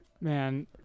Man